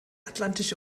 atlantische